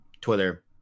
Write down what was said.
twitter